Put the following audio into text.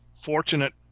fortunate